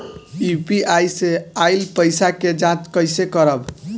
UPI से आइल पईसा के जाँच कइसे करब?